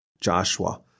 Joshua